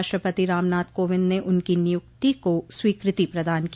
राष्ट्रपति रामनाथ कोविंद ने उनकी नियुक्ति को स्वीकृति प्रदान की